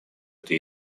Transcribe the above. это